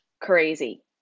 crazy